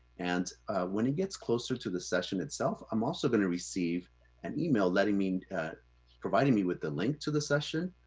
and when it gets closer to the session itself, i'm also gonna receive an email i mean providing me with the link to the session,